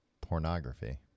pornography